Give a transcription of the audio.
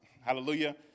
Hallelujah